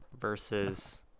Versus